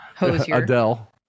adele